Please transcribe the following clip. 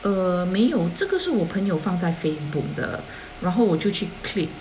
err 没有这个是我朋友放在 Facebook 的然后我就去 click